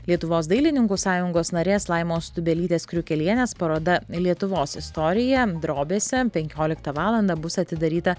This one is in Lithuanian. lietuvos dailininkų sąjungos narės laimos tubelytės kriukelienės paroda lietuvos istorija drobėse penkioliktą valandą bus atidaryta